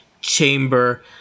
chamber